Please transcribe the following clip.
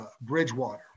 Bridgewater